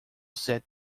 set